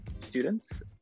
students